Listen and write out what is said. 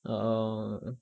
ah oh